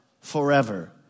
forever